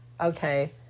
okay